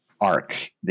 arc